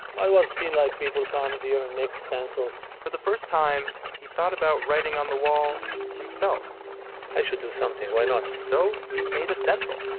i was seeing like people comes here and make stencils for the first time, he thought about writing on the wall himself i should do something, why not? so he made a stencil.